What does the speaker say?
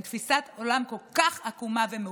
עם תפיסת עולם כל כך עקומה ומעוותת,